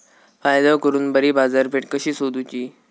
फायदो करून बरी बाजारपेठ कशी सोदुची?